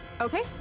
Okay